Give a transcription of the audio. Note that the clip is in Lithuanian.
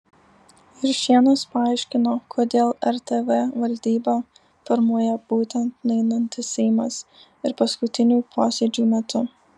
juršėnas paaiškino kodėl rtv valdybą formuoja būtent nueinantis seimas ir paskutinių posėdžių metu